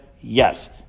yes